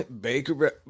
Baker